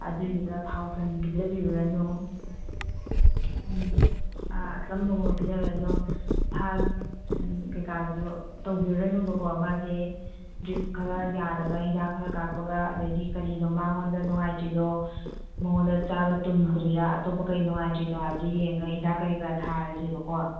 ꯑꯗꯨꯏꯗꯨꯗ ꯊꯥꯎ ꯊꯨꯝ ꯄꯤꯖꯕꯤꯔꯨꯔꯅꯨ ꯑꯥ ꯑꯆꯝꯕꯒꯨꯝꯕ ꯄꯤꯖꯔꯨꯔꯅꯨ ꯁꯥ ꯀꯩꯀꯥꯁꯨ ꯇꯧꯕꯤꯔꯨꯔꯅꯨꯕꯀꯣ ꯃꯥꯁꯦ ꯗ꯭ꯔꯤꯞ ꯈꯔ ꯌꯥꯜꯂꯒ ꯍꯤꯗꯥꯛ ꯈꯔ ꯀꯥꯞꯄꯒ ꯑꯗꯩꯗꯤ ꯀꯔꯤꯅꯣ ꯃꯥꯉꯣꯟꯗ ꯅꯨꯡꯉꯥꯏꯇ꯭ꯔꯤꯗꯣ ꯃꯥꯉꯣꯟꯗ ꯆꯥꯕ ꯇꯨꯝꯗ꯭ꯔꯤꯔꯥ ꯑꯇꯣꯞꯄ ꯀꯔꯤ ꯅꯨꯡꯉꯥꯏꯇ꯭ꯔꯤꯅꯣ ꯍꯥꯏꯕꯗꯨ ꯌꯦꯡꯉꯒ ꯍꯤꯗꯥꯛ ꯀꯔꯤ ꯀꯔꯥ ꯊꯥꯔꯁꯦꯕꯀꯣ